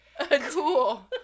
cool